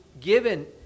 given